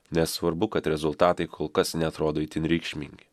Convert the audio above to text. nesvarbu kad rezultatai kol kas neatrodo itin reikšmingi